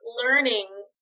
learning